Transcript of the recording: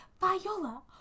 Viola